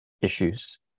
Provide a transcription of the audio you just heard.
issues